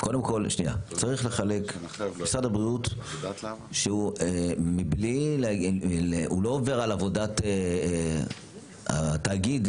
משרד הבריאות לא עובר על עבודת התאגיד,